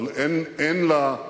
אבל אין לה,